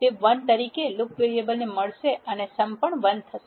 તે 1 તરીકે લૂપ વેરિયેબલને મળશે અને સમ 0 1 થશે